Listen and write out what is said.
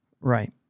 Right